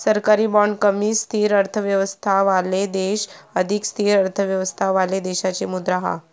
सरकारी बाँड कमी स्थिर अर्थव्यवस्थावाले देश अधिक स्थिर अर्थव्यवस्थावाले देशाची मुद्रा हा